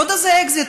עוד איזה אקזיט,